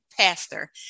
Pastor